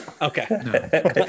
Okay